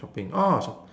shopping oh shop~